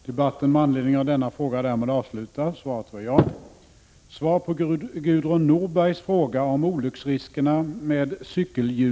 Under lång tid har olycksriskerna med cykelhjulsreflexer påtalats. Flera olyckor har skett, med mer eller mindre svåra skador som följd, orsakade av att reflexer med endast ett fäste plötsligt har ändrat läge och låst cykelhjulet.